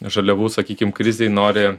žaliavų sakykim krizėj nori